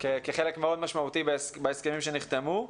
כחלק מאוד משמעותי בהסכמים שנחתמו.